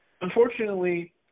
Unfortunately